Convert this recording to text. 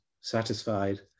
satisfied